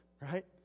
Right